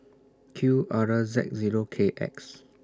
Q R Z Zero K X